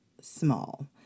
small